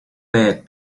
bed